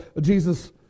Jesus